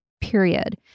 period